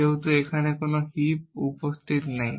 যেহেতু এখনও কোন হিপ উপস্থিত নেই